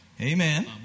Amen